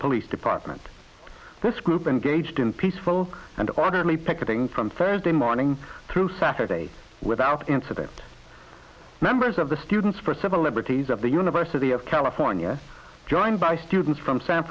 police department this group and gauged in peaceful and orderly picketing from first running through saturdays without incident members of the students for civil liberties of the university of california joined by students from san